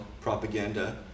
propaganda